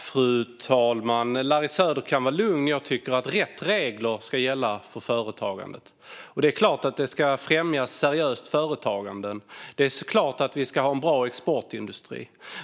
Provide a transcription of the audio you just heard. Fru talman! Larry Söder kan vara lugn - jag tycker att rätt regler ska gälla för företagandet. Och det är klart att vi ska främja seriöst företagande. Det är klart att vi ska ha en bra exportindustri.